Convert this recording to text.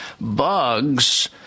bugs